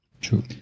True